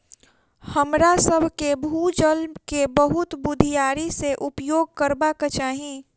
हमरासभ के भू जल के बहुत बुधियारी से उपयोग करबाक चाही